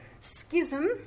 schism